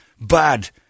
Bad